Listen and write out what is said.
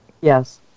Yes